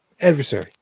Adversary